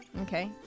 Okay